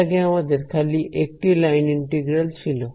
এর আগে আমাদের খালি একটি লাইন ইন্টিগ্রাল ছিল